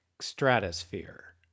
stratosphere